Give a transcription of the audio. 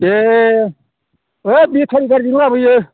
दे ओइ बेटारि गारिजों लाबोयो